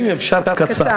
אם אפשר, קצר.